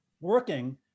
working